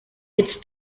its